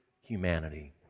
humanity